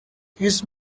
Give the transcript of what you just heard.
his